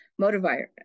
motivator